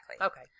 okay